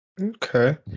Okay